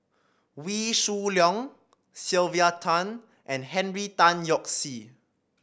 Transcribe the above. Wee Shoo Leong Sylvia Tan and Henry Tan Yoke See